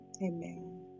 Amen